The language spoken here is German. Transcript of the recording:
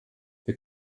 wir